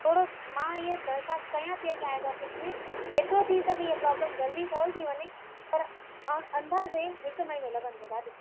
थोरो मां हीअ दरख़्वास्त कयां थी अॻियां हेड ऑफ़िस में जेतिरो थी सघे इहो प्रोब्लम जल्दी सॉल्व थी वञे पर अ अंदाज़ आहे हिकु महिनो लॻंदो दादी